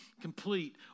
complete